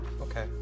Okay